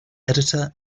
editor